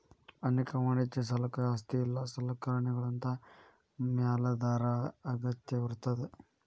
ಅನೇಕ ವಾಣಿಜ್ಯ ಸಾಲಕ್ಕ ಆಸ್ತಿ ಇಲ್ಲಾ ಸಲಕರಣೆಗಳಂತಾ ಮ್ಯಾಲಾಧಾರ ಅಗತ್ಯವಿರ್ತದ